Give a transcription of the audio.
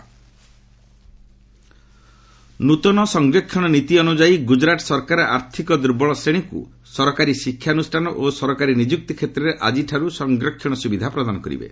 ଗ୍ନଜରାଟ ନ୍ବତନ ସଂରକ୍ଷଣ ନୀତି ଅନ୍ଦଯାୟୀ ଗ୍ରଜରାଟ ସରକାର ଆର୍ଥିକ ଦୂର୍ବଳ ଶ୍ରେଣୀଙ୍କ ସରକାରୀ ଶିକ୍ଷାନ୍ଦ୍ରଷ୍ଠାନ ଓ ସରକାରୀ ନିଯୁକ୍ତି କ୍ଷେତ୍ରରେ ଆଜିଠାର୍ ସଂରକ୍ଷଣ ସ୍ରବିଧା ପ୍ରଦାନ କରିବେ